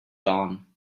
dawn